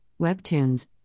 webtoons